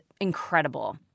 incredible